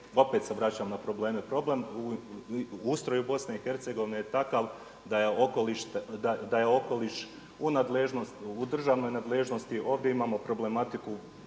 opet se vraćam na probleme, problem u ustroju Bosne i Hercegovine je takav da je okoliš u državnoj nadležnosti, ovdje imamo problematiku